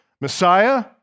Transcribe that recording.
Messiah